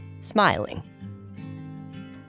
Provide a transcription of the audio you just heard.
smiling